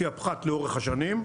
לפי הפחת לאורך השנים.